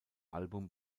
album